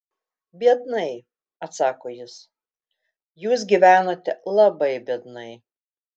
biednai atsako jis jūs gyvenote labai biednai